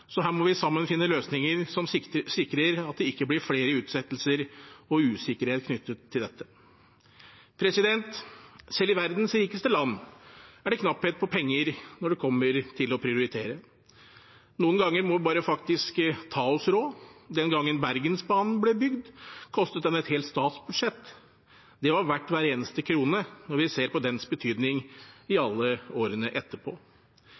så her må vi sammen finne løsninger som sikrer at det ikke blir flere utsettelser og usikkerhet knyttet til dette. Selv i verdens rikeste land er det knapphet på penger når det kommer til det å prioritere. Noen ganger må vi faktisk bare ta oss råd. Den gangen Bergensbanen ble bygd, kostet den et helt statsbudsjett. Det var verdt hver eneste krone når vi ser på dens betydning i alle årene etterpå.